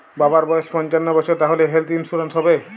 বাবার বয়স পঞ্চান্ন বছর তাহলে হেল্থ ইন্সুরেন্স হবে?